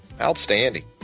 Outstanding